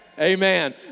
Amen